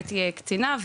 הייתי קצינה,